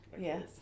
Yes